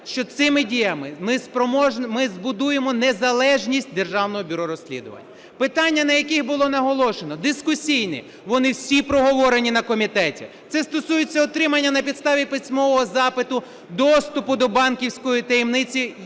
що цими діями ми збудуємо незалежність Державного бюро розслідувань. Питання, на яких було наголошено, дискусійні, вони всі проговорені на комітеті. Це стосується отримання на підставі письмового запиту доступу до банківської таємниці,